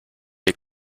est